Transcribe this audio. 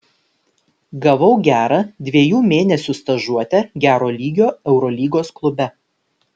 gavau gerą dviejų mėnesių stažuotę gero lygio eurolygos klube